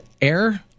air